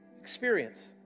experience